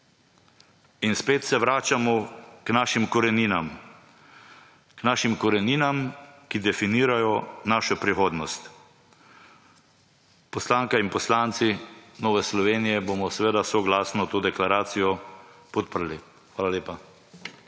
našim koreninam, k našim koreninam, ki definirajo našo prihodnost. Poslanka in poslanci Nove Slovenije bomo seveda soglasno to deklaracijo podprli. Hvala lepa.